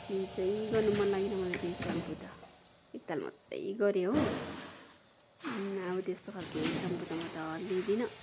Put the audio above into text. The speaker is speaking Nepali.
युजै गर्नु मन लागेन मलाई त यो स्याम्पो त एकताल मात्रै गरेँ हो अब त्यस्तो खाले स्याम्पो त म त लिँदिनँ